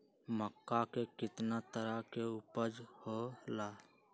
मक्का के कितना तरह के उपज हो ला?